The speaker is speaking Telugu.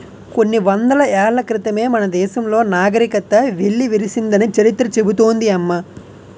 కొన్ని వందల ఏళ్ల క్రితమే మన దేశంలో నాగరికత వెల్లివిరిసిందని చరిత్ర చెబుతోంది అమ్మ